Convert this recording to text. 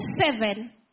seven